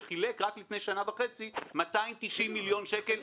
שחילק רק לפני שנה וחצי 290 מיליון שקל